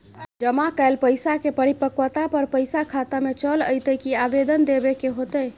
जमा कैल पैसा के परिपक्वता पर पैसा खाता में चल अयतै की आवेदन देबे के होतै?